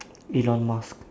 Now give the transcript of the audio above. elon musk